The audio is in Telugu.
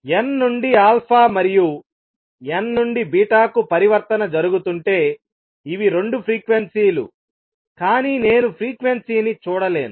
n నుండి α మరియు n నుండి కు పరివర్తన జరుగుతుంటే ఇవి రెండు ఫ్రీక్వెన్సీలు కానీ నేను ఫ్రీక్వెన్సీని చూడలేను